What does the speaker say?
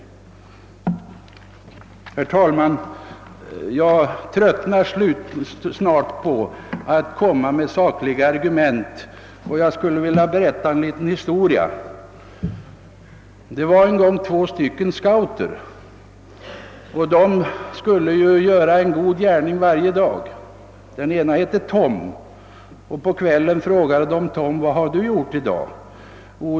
Herr talman! Jag tröttnar snart på att argumentera sakligt. Jag vill berätta en liten historia. Två scouter, Tom och Kalle, skulle göra en god gärning varje dag. En kväll frågade man Tom vilken god gärning han hade uträttat.